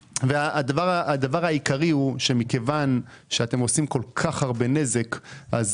הדבר העיקרי הוא שמכיוון שאתם גורמים לכל כך הרבה נזק אז